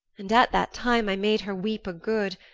and at that time i made her weep a good,